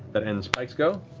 that ends pike's go.